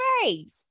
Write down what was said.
face